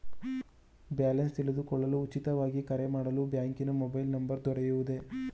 Balance ತಿಳಿದುಕೊಳ್ಳಲು ಉಚಿತವಾಗಿ ಕರೆ ಮಾಡಲು ಬ್ಯಾಂಕಿನ ಮೊಬೈಲ್ ನಂಬರ್ ದೊರೆಯುವುದೇ?